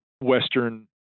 Western